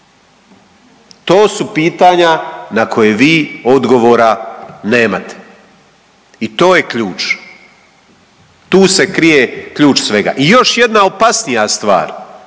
To su pitanja na koja vi odgovora nemate i to je ključ. Tu se krije ključ svega. I još jedna opasnija stvar.